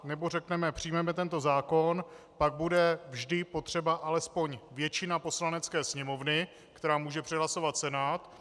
Nebo řekneme přijmeme tento zákon pak bude vždy potřeba alespoň většina Poslanecké sněmovny, která může přehlasovat Senát.